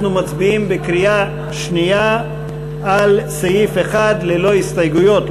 אנחנו מצביעים בקריאה שנייה על סעיף 1 ללא הסתייגויות,